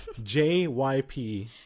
JYP